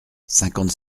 cinquante